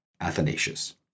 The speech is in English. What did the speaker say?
Athanasius